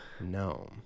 No